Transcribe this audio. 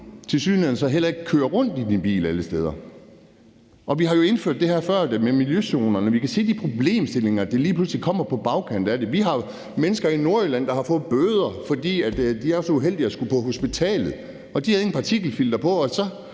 tilsyneladende så heller ikke køre rundt i din bil alle steder. Vi har jo indført det her med miljøzonerne før. Vi kan se de problemstillinger, der lige pludselig kommer på bagkant af det. Vi har mennesker i Nordjylland, der har fået bøder, fordi de er så uheldige at skulle på hospitalet, og de havde intet partikelfilter på. Så